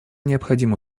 необходимо